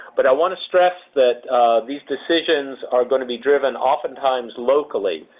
but i want to stress that these decisions are going to be driven often times locally.